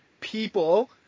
people